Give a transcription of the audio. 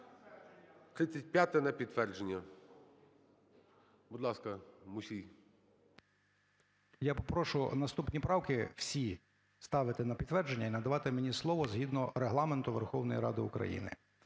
– на підтвердження. Будь ласка, Мусій. 18:00:38 МУСІЙ О.С. Я попрошу наступні правки всі ставити на підтвердження і надавати мені слово, згідно Регламенту Верховної Ради України.